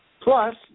Plus